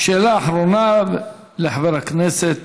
שאלה אחרונה לחבר הכנסת